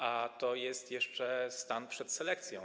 A to jest jeszcze stan przed selekcją.